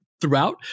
throughout